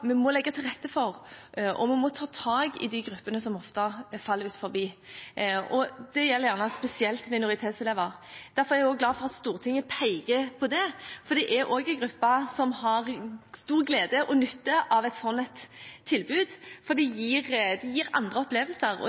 vi må legge til rette for og ta tak i de gruppene som ofte faller utenfor. Det gjelder spesielt minoritetselever, og derfor er jeg glad for at Stortinget peker på det, for det er en gruppe som har stor glede og nytte av et slikt tilbud, for det gir andre opplevelser,